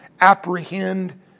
apprehend